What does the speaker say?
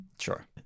Sure